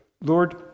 Lord